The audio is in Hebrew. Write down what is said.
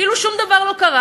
כאילו שום דבר לא קרה.